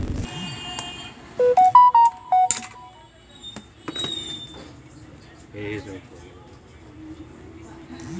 recurring deposit केँ आवर्ती जमा केर नाओ सँ सेहो जानल जाइ छै